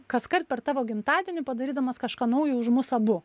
kaskart per tavo gimtadienį padarydamas kažką naujo už mus abu